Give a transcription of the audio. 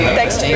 thanks